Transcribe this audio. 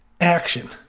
action